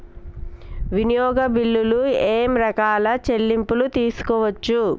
వినియోగ బిల్లులు ఏమేం రకాల చెల్లింపులు తీసుకోవచ్చు?